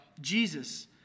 Jesus